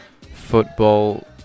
football